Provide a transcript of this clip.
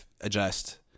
Adjust